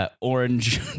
Orange